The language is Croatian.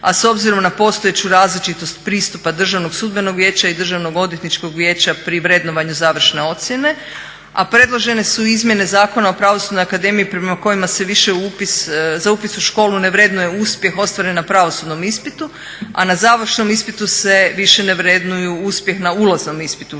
a s obzirom na postojeću različitost pristupa Državnog sudbenog vijeća i Državnog odvjetničkog vijeća pri vrednovanju završne ocjene a predložene su i izmjene Zakona o pravosudnoj akademiji prema kojima se više za upis u školu ne vrednuje uspjeh ostvaren na pravosudnom ispitu, a na završnom ispitu se više ne vrednuju uspjeh na ulaznom ispitu u školu